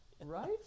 Right